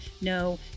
No